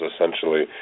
essentially